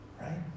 right